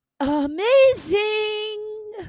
amazing